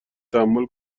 تحمل